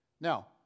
Now